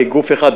כגוף אחד,